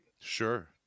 sure